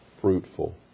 fruitful